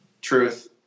Truth